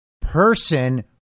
person